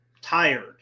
tired